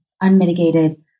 unmitigated